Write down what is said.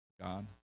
God